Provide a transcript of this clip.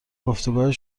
گفتگوهای